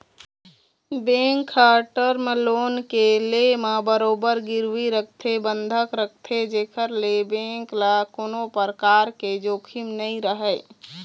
bank ह term loan के ले म बरोबर गिरवी रखथे बंधक रखथे जेखर ले बेंक ल कोनो परकार के जोखिम नइ रहय